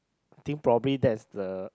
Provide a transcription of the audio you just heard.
think probably that's the